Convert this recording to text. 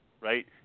right